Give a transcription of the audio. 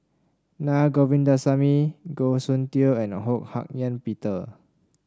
Naa Govindasamy Goh Soon Tioe and Ho Hak Ean Peter